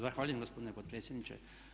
Zahvaljujem gospodine potpredsjedniče.